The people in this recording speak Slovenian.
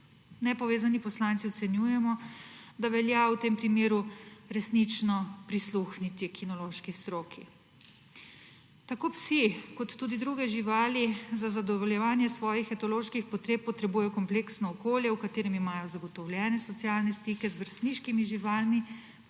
Nepovezani poslanci ocenjujemo, da velja v tem primeru resnično prisluhniti kinološki stroki. Tako psi kot tudi druge živali za zadovoljevanje svojih etoloških potreb potrebujejo kompleksno okolje, v katerem imajo zagotovljene socialne stike z vrstniškimi živalmi,